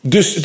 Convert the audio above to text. Dus